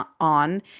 on